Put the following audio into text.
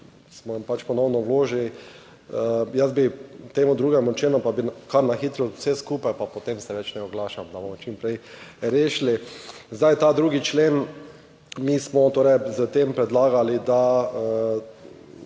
jim pač ponovno vložili, jaz bi temu 2. členu, pa bi kar na hitro vse skupaj, pa potem se več ne oglašam, da bomo čim prej rešili. Ta 2. člen mi smo torej s tem predlagali, da